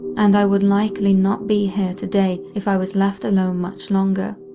and i would likely not be here today if i was left alone much longer.